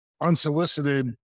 unsolicited